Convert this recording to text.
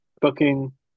booking